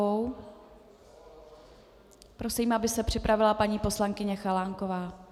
Prosím, aby se připravila paní poslankyně Chalánková.